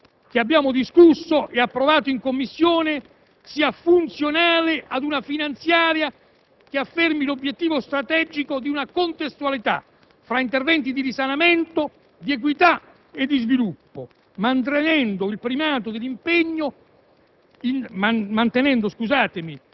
Ritengo che questo bilancio, che abbiamo discusso e approvato in Commissione, sia funzionale a una finanziaria che afferma l'obiettivo strategico di una contestualità tra interventi di risanamento, equità e sviluppo, mantenendo pienamente l'impegno